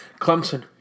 Clemson